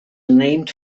named